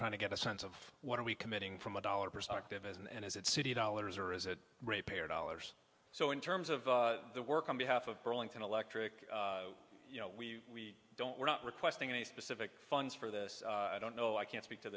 trying to get a sense of what are we committing from a dollar perspective as and is it city dollars or is it repaired dollars so in terms of the work on behalf of burlington electric you know we don't we're not requesting any specific funds for this i don't know i can't speak to